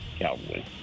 Cowboy